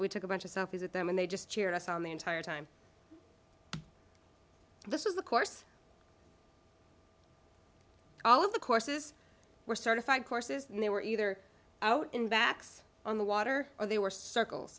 we took a bunch of selfies with them and they just cheered us on the entire time this is the course all of the courses were certified courses and they were either out in backs on the water or they were circles